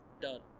done